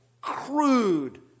crude